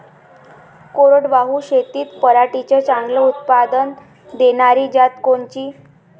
कोरडवाहू शेतीत पराटीचं चांगलं उत्पादन देनारी जात कोनची?